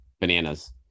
bananas